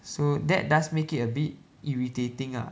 so that does make it a bit irritating lah